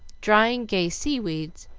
drying gay sea-weeds,